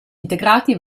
integrati